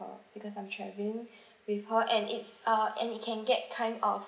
uh because I'm travelling with her and it's uh and it can get kind of